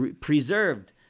preserved